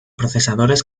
procesadores